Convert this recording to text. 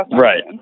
Right